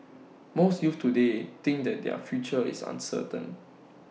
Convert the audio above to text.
most youths today think that their future is uncertain